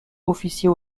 officier